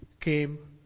came